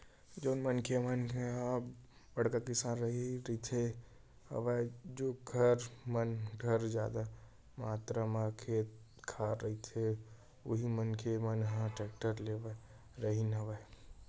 जउन मनखे मन ह बड़का किसान राहत रिहिन हवय जेखर मन घर जादा मातरा म खेत खार राहय उही मनखे मन ह टेक्टर लेवत रिहिन हवय